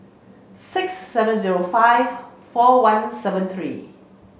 six seven zero five four one seven three